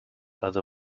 other